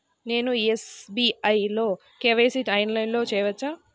నేను ఎస్.బీ.ఐ లో కే.వై.సి ఆన్లైన్లో చేయవచ్చా?